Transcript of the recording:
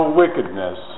wickedness